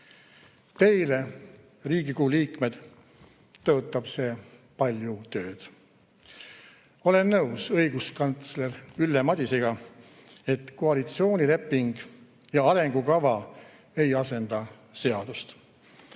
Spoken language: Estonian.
juurde. Teile, Riigikogu liikmed, tõotab see palju tööd. Olen nõus õiguskantsler Ülle Madisega, et koalitsioonileping ja arengukava ei asenda seadust.